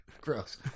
Gross